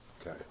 okay